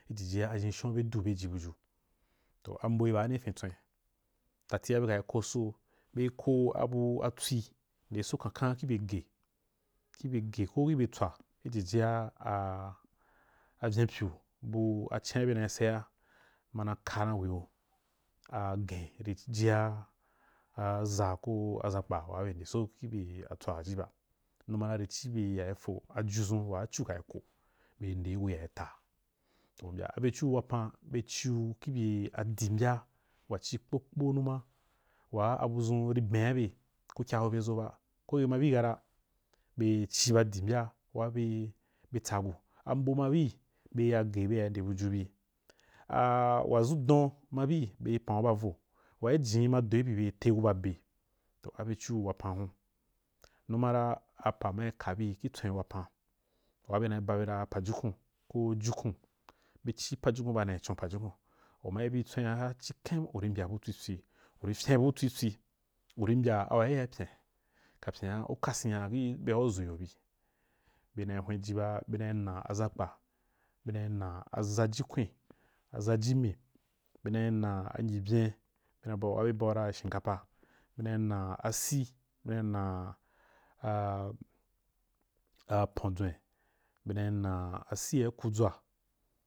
Ji buju toh ambo ri baani gi fin tswen dalia beka ri ko so be koh abu atswi nde so kankan kih bye ageh ko kih bye tswa fijia a venpyu bu acenà ban a seha ra mana ka na we yo agen ri jia a za ko zakpa waa be nde so ki bye atswa waji ba numara fi ci byea rika fo aju dʒun waa cu kari koh be nde gu ka ri taa u mbya a byeciu wapan be ciu kih byen adi mbya wa ci kpokpo numa waa abudʒun ri ben’a be wa kyaho be ʒo ba, koj ke ma bi kata be ciba di mbya waa be tsabu ambo ma bii be ya geh be ya ri nde buju bi a a waʒu don ma bii be pan’u ba vo wogi jinni ma doì bī be tegu ba be abyecu wapan hun numara apa mai kabi kuh tswen wapan waa bena babe dan pajukun koh jukun be ci pajukun bana con pajukun u ma bi tswen aga u ri mbya bu tswi tswi u ri fyen bu tswitswi u ri a wayaya pyen kapyen u kasen ya byea u dʒuu o bi be na hwenji ba ba, bena nna aʒakpa, be na nna aʒajikwen, aʒajinu, nema nna a ngyibyen waa be baura shinkapa, bena nna asi bena a pondʒwen, be na nna asi a gi kudʒwa.